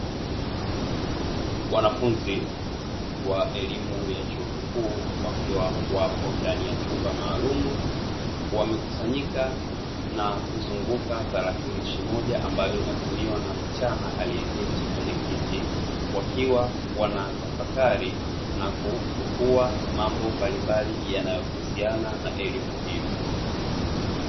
Wanafunzi wa elimu ya chuo kikuu wakiwa wapo ndani ya chumba maalumu wamekusanyika na kuzunguka tarakinishi moja ambayo inatumiwa na msichana alieketi kwenye kiti wakiwa wanatafakari na kudukua mambo mbalimbali yanayohusiana na elimu hiyo.